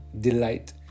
delight